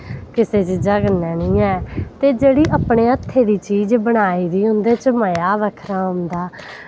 किसै चीजा कन्नै नी ऐ ते जेह्ड़ी अपने हत्थें दी चीज़ बनाई दी उंदे च मजा गै बड़ा औंदा